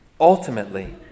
Ultimately